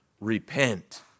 Repent